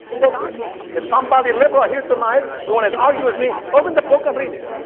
look if somebody liberal here tonight you want to to argue with me open the book and read it